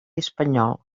espanyol